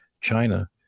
China